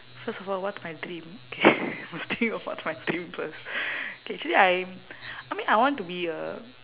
first of all what's my dream K must think of what's my dream first K actually I'm I mean I want to be a